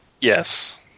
Yes